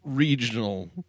regional